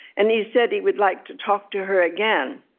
and he said he would like to talk to her again